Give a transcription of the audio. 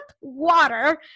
water